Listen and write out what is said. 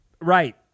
Right